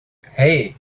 hey